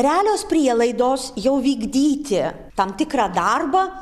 realios prielaidos jau vykdyti tam tikrą darbą